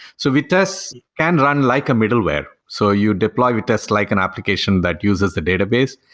so vitess can run like a middleware. so you deploy vitess like an application that uses the database,